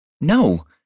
No